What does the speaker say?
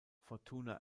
fortuna